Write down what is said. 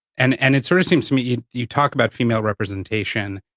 and and it sorta seems to me, you talk about female representation,